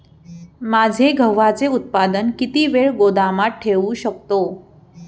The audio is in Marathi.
माझे गव्हाचे उत्पादन किती वेळ गोदामात ठेवू शकतो?